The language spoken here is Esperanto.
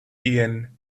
ien